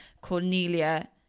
cornelia